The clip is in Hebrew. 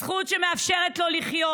זכות שמאפשרת לו לחיות,